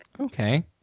Okay